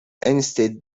instead